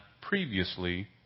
previously